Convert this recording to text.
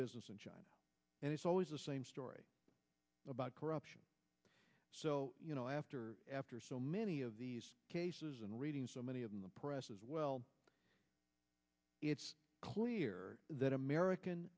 business in china and it's always the same story about corruption you know after after so many of these cases and reading so many of the press as well it's clear that american